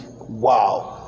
wow